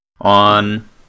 on